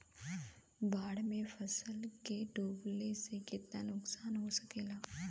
बाढ़ मे फसल के डुबले से कितना नुकसान हो सकेला?